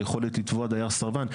היכולת לתבוע דייר סרבן.